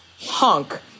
hunk